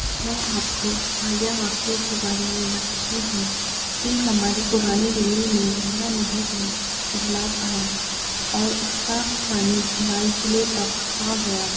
میں آپ کو حالیہ واقعے کے بارے میں بتاتی ہوں کہ ہماری پرانی دلی میں یمنا نہر میں سیلاب آیا اور اس کا پانی لال قلعے تک آ گیا